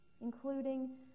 including